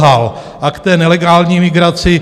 A k té nelegální migraci.